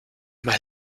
más